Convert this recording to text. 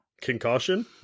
Concussion